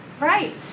Right